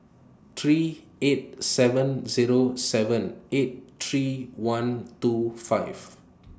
three eight seven Zero seven eight three one two five